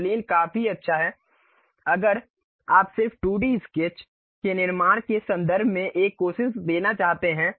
एक प्लेन काफी अच्छा है अगर आप सिर्फ 2 डी स्केच के निर्माण के संदर्भ में एक कोशिश देना चाहते हैं